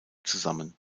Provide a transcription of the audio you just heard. zusammen